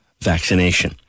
vaccination